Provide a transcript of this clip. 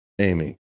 Amy